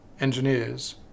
engineers